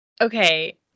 Okay